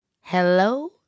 Hello